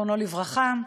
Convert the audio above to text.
זיכרונו לברכה,